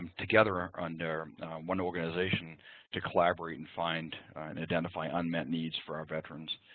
together under one organization to collaborate and find and identify unmet needs for our veterans.